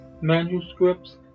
manuscripts